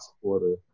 supporter